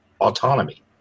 autonomy